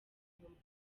ibihumbi